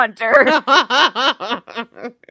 hunter